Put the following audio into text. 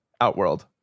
outworld